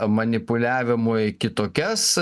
manipuliavimui kitokias